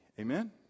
Amen